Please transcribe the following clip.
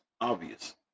obvious